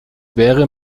wäre